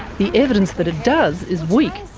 the evidence that it does is weak.